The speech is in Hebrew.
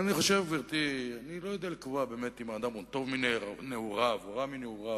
אני לא יודע לקבוע באמת אם האדם הוא טוב מנעוריו או רע מנעוריו.